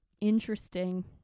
interesting